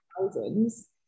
thousands